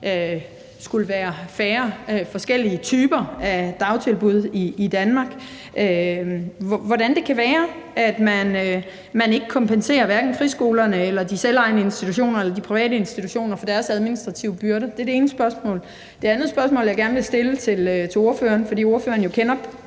skulle være færre forskellige typer af dagtilbud i Danmark – hvordan det kan være, at man hverken kompenserer friskolerne eller de selvejende institutioner eller de private institutioner for deres administrative byrder. Det er det ene spørgsmål. Det andet spørgsmål, jeg gerne vil stille ordføreren, fordi ordføreren jo kender